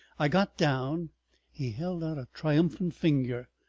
i got down he held out a triumphant finger.